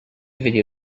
video